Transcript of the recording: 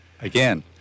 Again